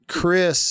Chris